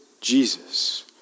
Jesus